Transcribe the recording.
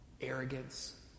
arrogance